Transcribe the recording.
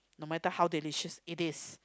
no matter how delicious it is